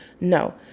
No